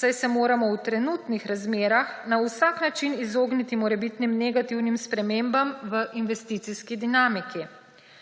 saj se moramo v trenutnih razmerah na vsak način izogniti morebitnim negativnim spremembam v investicijski dinamiki.